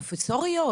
פרופסוריות?